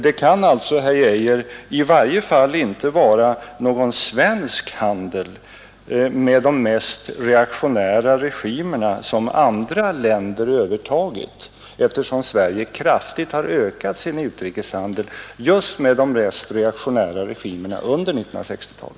Det kan alltså, herr Geijer, i varje fall inte vara någon svensk handel med de mest reaktionära regimerna som andra länder övertagit, eftersom Sverige kraftigt har ökat sin utrikeshandel just med de mest reaktionära regimerna under 1960-talet.